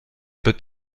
peut